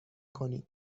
کنید